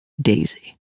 Daisy